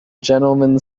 gentlemen